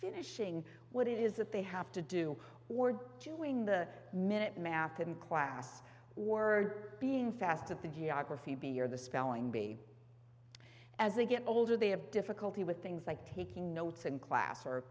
finishing what it is that they have to do or doing the minute math in class or being fast at the geography bee or the spelling bee as they get older they have difficulty with things like taking notes in class or